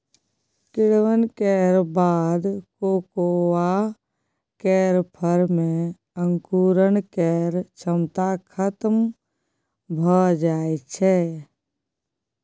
किण्वन केर बाद कोकोआ केर फर मे अंकुरण केर क्षमता खतम भए जाइ छै